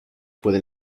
pueden